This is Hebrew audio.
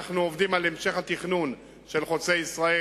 אנחנו עובדים על המשך התכנון של חוצה-ישראל,